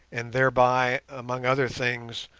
and thereby, among other things,